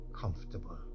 comfortable